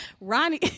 Ronnie